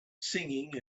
singing